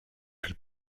elle